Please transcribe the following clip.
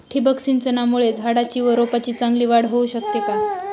ठिबक सिंचनामुळे झाडाची व रोपांची चांगली वाढ होऊ शकते का?